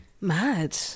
Mad